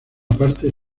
parte